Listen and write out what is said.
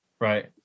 Right